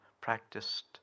practiced